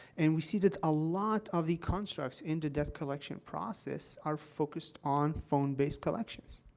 and we see that a lot of the constructs in the debt collection process are focused on phone-based collections.